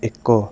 ଏକ